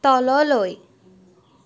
তললৈ